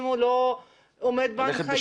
אם הוא לא עומד בהנחיות,